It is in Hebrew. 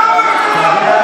כמה,